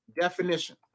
definition